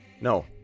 No